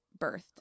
birthed